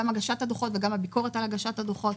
גם הגשת הדוחות וגם הביקורת על הגשת הדוחות,